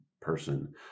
person